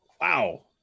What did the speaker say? Wow